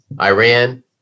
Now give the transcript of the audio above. Iran